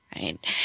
right